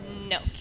No